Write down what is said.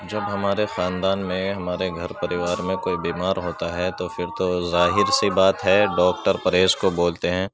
جب ہمارے خاندان میں ہمارے گھر پریوار میں کوئی بیمار ہوتا ہے تو پھر تو ظاہر سی بات ہے ڈاکٹر پرہیز کو بولتے ہیں